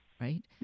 Right